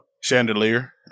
chandelier